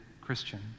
Christian